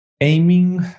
aiming